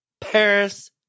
Paris